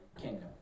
kingdom